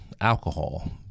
alcohol